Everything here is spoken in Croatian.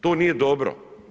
To nije dobro.